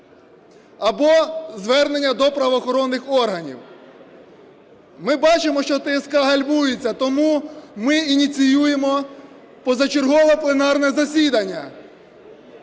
або звернення до правоохоронних органів. Ми бачимо, що ТСК гальмується, тому ми ініціюємо позачергове пленарне засідання